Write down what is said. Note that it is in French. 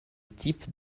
type